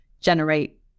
generate